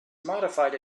modified